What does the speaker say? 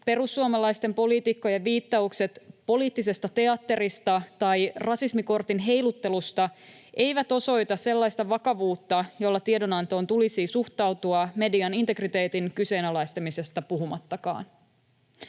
Perussuomalaisten poliitikkojen viittaukset poliittisesta teatterista tai rasismikortin heiluttelusta eivät osoita sellaista vakavuutta, jolla tiedonantoon tulisi suhtautua, me-dian integriteetin kyseenalaistamisesta puhumattakaan.